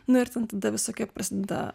nu ir ten tada visokie prasideda